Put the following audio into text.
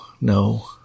no